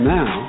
now